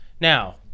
Now